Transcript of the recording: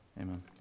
Amen